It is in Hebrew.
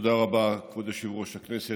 תודה רבה, כבוד יושב-ראש הכנסת.